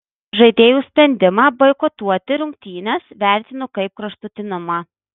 žaidėjų sprendimą boikotuoti rungtynes vertinu kaip kraštutinumą